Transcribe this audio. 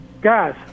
guys